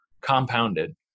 Compounded